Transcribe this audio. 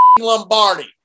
Lombardi